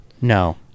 no